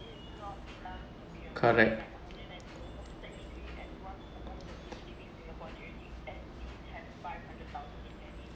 correct